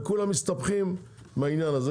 וכולם מסתבכים בעניין הזה,